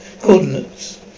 coordinates